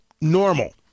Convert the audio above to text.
normal